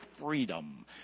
freedom